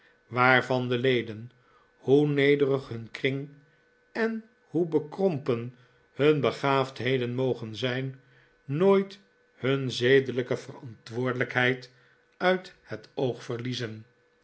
waarvan de leden hoe nederig hun kring en hoe bekrompen hun begaafdheden mogen zijn nooit hun zedelijke verantwoordelijkheid uit het oog verliezen